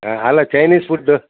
ಹಾಂ ಅಲ್ಲ Chinese food